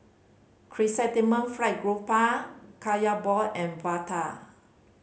Chrysanthemum Fried Garoupa Kaya ball and vada